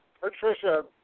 Patricia